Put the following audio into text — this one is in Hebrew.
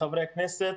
חברי הכנסת,